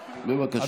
בבקשה.